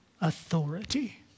authority